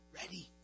ready